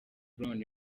brown